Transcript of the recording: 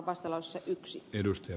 arvoisa puhemies